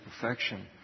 perfection